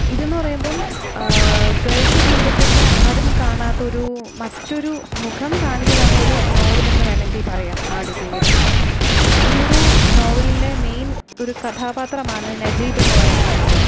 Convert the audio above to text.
ഇത് എന്ന് പറയുമ്പം ഗൾഫ് ജീവിതത്തിൻ്റെ ആരും കാണാത്തൊരു മറ്റൊരു മുഖം കാണിച്ചു തന്നൊരു നോവൽ എന്ന് വേണമെങ്കിൽ പറയാം ആടു ജീവിതം ഈ ഒരു നോവലിലെ മെയിൻ ഒരു കഥാപാത്രമാണ് നജീബ് എന്ന് പറയുന്ന ഒരാൾ